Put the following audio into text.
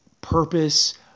purpose